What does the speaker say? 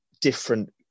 different